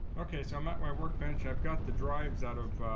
okay, so i'm at my workbench. i've got the drives out of